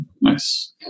Nice